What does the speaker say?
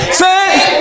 say